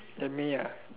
then me ah